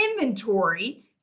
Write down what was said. inventory